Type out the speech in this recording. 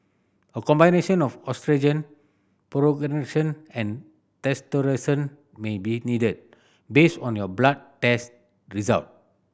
a combination of oestrogen and may be needed based on your blood test result